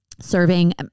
serving